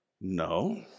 no